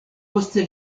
poste